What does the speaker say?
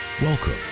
Welcome